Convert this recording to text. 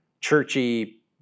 churchy